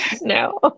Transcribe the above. no